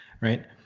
right